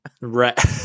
Right